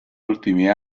ultimi